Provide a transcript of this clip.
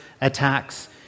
attacks